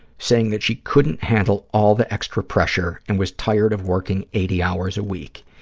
saying that she couldn't handle all the extra pressure and was tired of working eighty hours a week.